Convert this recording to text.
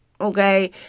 okay